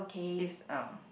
is ah